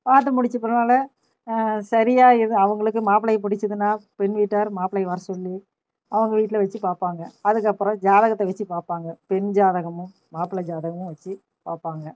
பார்த்து முடித்து பின்னால் சரியாக எதுவும் அவங்களுக்கு மாப்பிளை பிடிச்சிதுனா பெண் வீட்டார் மாப்பிளையை வர சொல்லி அவங்க வீட்டில் வைச்சு பார்ப்பாங்க அதுக்கு அப்புறம் ஜாதகத்தை வைச்சு பார்ப்பாங்க பெண் ஜாதகமும் மாப்பிள ஜாதகமும் வச்சு பார்ப்பாங்க